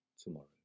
tomorrow